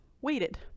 waited